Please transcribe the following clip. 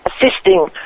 assisting